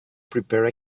prepare